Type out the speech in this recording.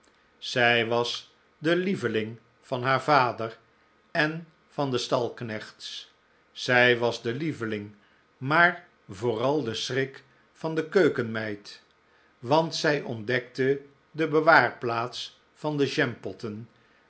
zij was de lieveling van haar vader en van de stalknechts zij was de lieveling maar vooral de schrik van de keukenmeid want zij ontdekte de bewaarplaats van de